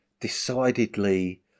decidedly